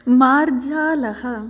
मार्जालः